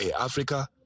Africa